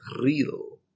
real